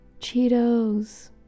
cheetos